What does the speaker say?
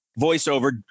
voiceover